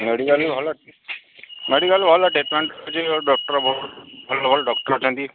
medical ଭଲ medical ଭଲ treatment ରହୁଛି ଡକ୍ଟର ଭଲ ଭଲ ଡକ୍ଟର ଅଛନ୍ତି